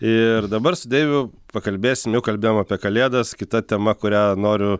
ir dabar su deiviu pakalbėsim jau kalbėjom apie kalėdas kita tema kurią noriu